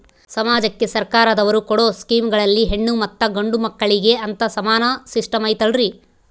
ಸಮಾಜಕ್ಕೆ ಸರ್ಕಾರದವರು ಕೊಡೊ ಸ್ಕೇಮುಗಳಲ್ಲಿ ಹೆಣ್ಣು ಮತ್ತಾ ಗಂಡು ಮಕ್ಕಳಿಗೆ ಅಂತಾ ಸಮಾನ ಸಿಸ್ಟಮ್ ಐತಲ್ರಿ?